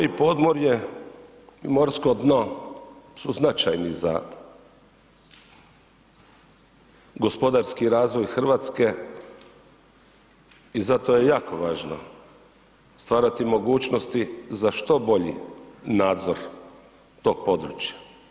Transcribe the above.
More i podmorje i morsko dno su značajni za gospodarski razvoj Hrvatske i zato je jako važno stvarati mogućnosti za što bolji nadzor tog područja.